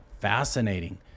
fascinating